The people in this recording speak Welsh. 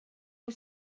wyt